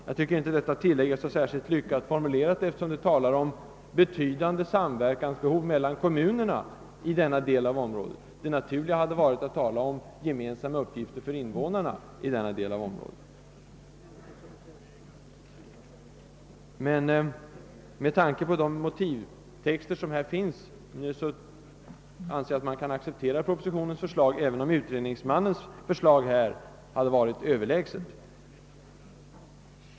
Jag tycker inte att det tillägget är så väl formulerat, eftersom det där talas om förekomsten av ett betydande samverkansbehov mellan kommunerna i den aktuella delen av området. Det naturliga hade varit att i stället tala om gemensamma angelägenheter för invånarna inom denna del av området. Men med ianke på de uttalanden i förarbetena som jag nämnde anser jag att propositionens förslag kan accepteras, även om utredningsmannens förslag på denna punkt var överlägset.